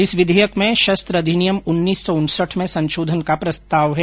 इस विधेयक में शस्त्र अधिनियम उन्नीस सौ उनसठ में संशोधन का प्रस्ताव है